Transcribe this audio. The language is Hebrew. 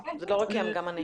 זה לא רק הם, גם אני.